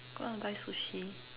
go out and buy Sushi